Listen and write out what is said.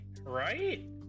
right